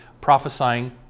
prophesying